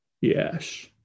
Yes